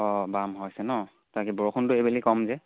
অঁ বাম হৈছে ন তাকে বৰষুণটো এইবেলি কম যে